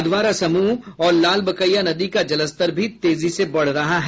अधवारा समूह और लाल बकैया नदी का जलस्तर भी तेजी से बढ़ रहा है